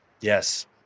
Yes